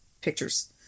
pictures